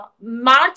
March